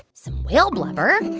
some whale blubber,